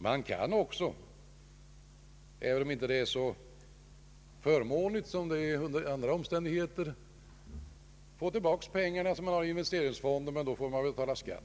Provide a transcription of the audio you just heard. Företaget kan också, även om det inte blir lika förmånligt som under andra omständigheter, få tillbaka pengar som man har i investeringsfonden. Då får man emellertid betala skatt.